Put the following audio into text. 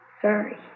Sorry